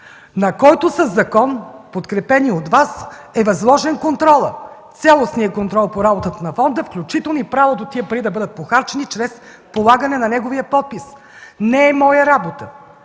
на който със закон, подкрепен и от Вас, е възложен контролът, цялостният контрол по работата на фонда, включително и правото тези пари да бъдат похарчени чрез полагане на неговия подпис? Не е моя работа